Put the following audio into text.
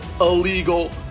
illegal